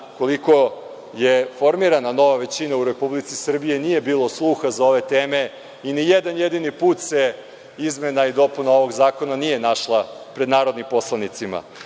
koliko je formirana nova većina u Republici Srbiji nije bilo sluha za ove teme i ni jedan jedini put se izmena i dopuna ovog zakona nije našla pred narodnim poslanicima. Naša